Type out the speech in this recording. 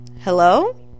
hello